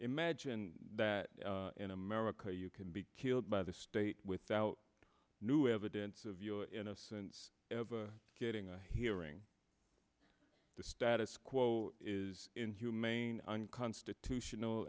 imagine that in america you can be killed by the state without new evidence of your innocence ever getting a hearing the status quo is inhumane unconstitutional